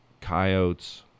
coyotes